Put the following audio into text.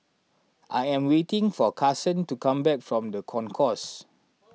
I am waiting for Kasen to come back from the Concourse